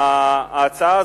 הצעת